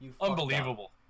Unbelievable